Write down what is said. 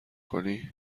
کنی